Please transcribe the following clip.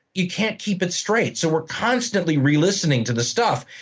you can't keep it straight so we're constantly re-listening to the stuff.